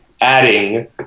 adding